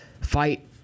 fight